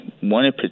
One